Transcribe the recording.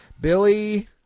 Billy